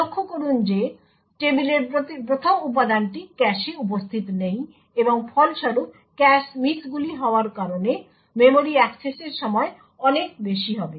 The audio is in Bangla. লক্ষ্য করুন যে টেবিলের প্রথম উপাদানটি ক্যাশে উপস্থিত নেই এবং ফলস্বরূপ ক্যাশ মিসগুলি হওয়ার কারণে মেমরি অ্যাক্সেসের সময় অনেক বেশি হবে